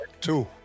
Two